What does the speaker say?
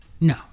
No